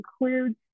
includes